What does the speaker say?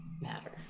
matter